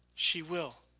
she will,